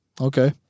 okay